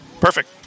Perfect